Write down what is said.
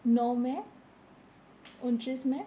ন May ঊনত্ৰিছ মে'